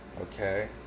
Okay